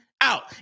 out